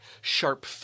sharp